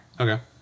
Okay